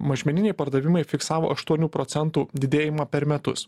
mažmeniniai pardavimai fiksavo aštuonių procentų didėjimą per metus